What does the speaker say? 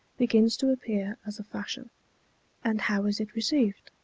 begins to appear as a fashion and how is it received?